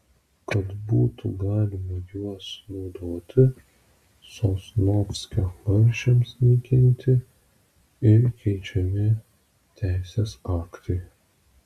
kad būtų galima juos naudoti sosnovskio barščiams naikinti ir keičiami teisės aktai